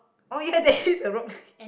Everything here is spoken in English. oh yeah there is a rock there